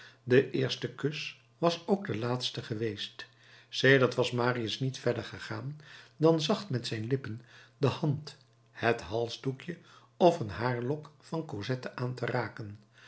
de eerste kus was ook de laatste geweest sedert was marius niet verder gegaan dan zacht met zijn lippen de hand het halsdoekje of een haarlok van cosette aan te raken